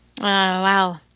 wow